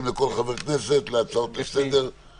לכל חבר כנסת להצעות לסדר או לדיון,